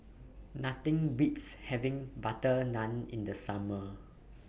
Nothing Beats having Butter Naan in The Summer